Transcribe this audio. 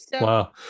Wow